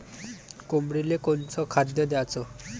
कोंबडीले कोनच खाद्य द्याच?